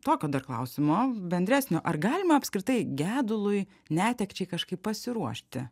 tokio dar klausimo bendresnio ar galima apskritai gedului netekčiai kažkaip pasiruošti